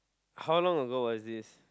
how long ago was this